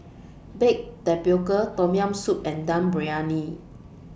Baked Tapioca Tom Yam Soup and Dum Briyani